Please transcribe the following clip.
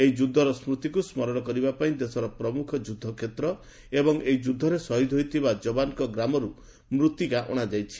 ଏହି ଯୁଦ୍ଧର ସ୍କୃତିକୁ ସ୍କରଣ କରିବାପାଇଁ ଦେଶର ପ୍ରମୁଖ ଯୁଦ୍ଧକ୍ଷେତ୍ର ଏବଂ ଏହି ଯୁଦ୍ଧରେ ଶହୀଦ୍ ହୋଇଥିବା ଯବାନ୍ଙ୍କ ଗ୍ରାମରୁ ମୃତ୍ତିକା ଅଣାଯାଇଛି